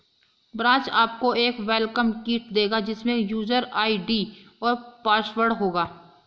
branch आपको एक welcome kit देगा जिसमे यूजर आई.डी और पासवर्ड होगा